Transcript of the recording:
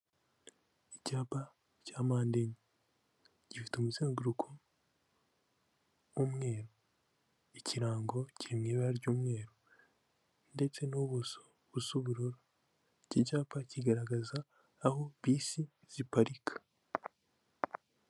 Icyapa cya mpande enye. Gifite umuzenguruko w'umweru. Ikirango kiri mu ibara ry'umweru ndetse n'ubuso busa ubururu. Iki cyapa kigaragaza aho bisi ziparika.